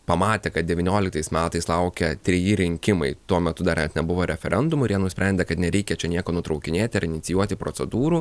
pamatė kad devynioliktais metais laukia treji rinkimai tuo metu dar net nebuvo referendumų ir jie nusprendė kad nereikia čia nieko nutraukinėti ar inicijuoti procedūrų